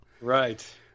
Right